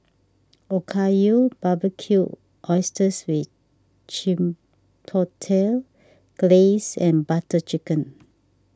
Okayu Barbecued Oysters with Chipotle Glaze and Butter Chicken